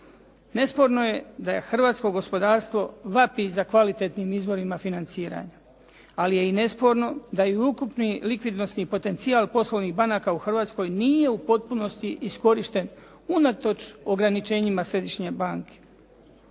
Nesporno je da je hrvatsko gospodarstvo vapi za kvalitetnim izvorima financiranja, ali je i nesporno da je i ukupni likvidnosti potencijal poslovnih banaka u Hrvatskoj nije u potpunosti iskorišten unatoč ograničenjima središnje banke,